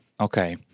Okay